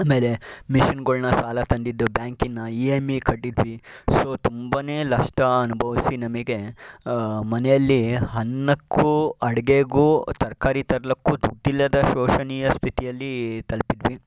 ಆಮೇಲೆ ಮಿಷಿನ್ಗಳನ್ನ ಸಾಲ ತಂದಿದ್ದು ಬ್ಯಾಂಕಿನ ಇ ಎಂ ಇ ಕಟ್ಟಿದ್ವಿ ಸೊ ತುಂಬನೇ ನಷ್ಟ ಅನುಭವಿಸಿ ನಮಗೆ ಮನೆಯಲಿ ಅನ್ನಕ್ಕೂ ಅಡುಗೆಗೂ ತರಕಾರಿ ತರ್ಲಿಕ್ಕೂ ದುಡ್ಡಿಲ್ಲದ ಶೋಷಣೀಯ ಸ್ಥಿತಿಯಲ್ಲಿ ತಲುಪಿದ್ವಿ